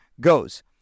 goes